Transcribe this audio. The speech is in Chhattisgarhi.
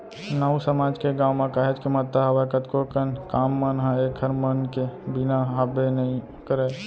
नाऊ समाज के गाँव म काहेच के महत्ता हावय कतको कन काम मन ह ऐखर मन के बिना हाबे नइ करय